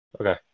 Okay